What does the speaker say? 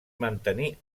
mantenir